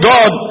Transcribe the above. God